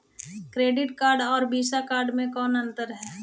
Credit card और Visa card मे कौन अन्तर है?